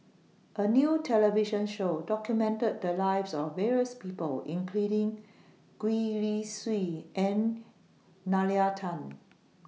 A New television Show documented The Lives of various People including Gwee Li Sui and Nalla Tan